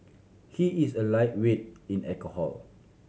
he is a lightweight in alcohol